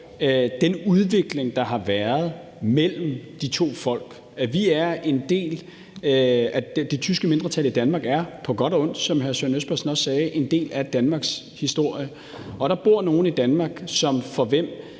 den udvikling, der har været mellem de to folk. Det tyske mindretal i Danmark er på godt og ondt, som hr. Søren Espersen også sagde, en del af Danmarks historie, og der bor nogle i Danmark, som vil